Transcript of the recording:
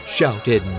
Shouted